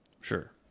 sure